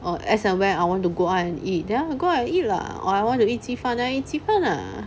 or as and when I want to go out and eat ya go out and eat lah of I want to eat 鸡饭 then eat 鸡饭 lah